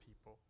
people